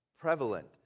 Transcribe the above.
prevalent